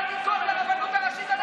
במקום להביא כוח לרבנות הראשית,